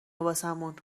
واسمون